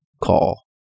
call